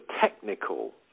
technical